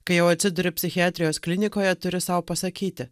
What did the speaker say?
kai jau atsiduri psichiatrijos klinikoje turi sau pasakyti